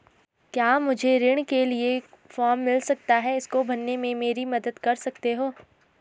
क्या मुझे ऋण के लिए मुझे फार्म मिल सकता है इसको भरने में मेरी मदद कर सकते हो?